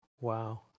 Wow